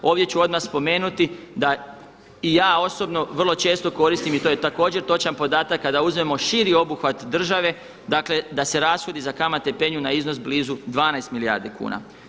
Ovdje ću odmah spomenuti da i ja osobno vrlo često koristim i to je također točan podatak kada uzmemo širi obuhvat države, dakle da se rashodi za kamate penju na iznos blizu 12 milijardi kuna.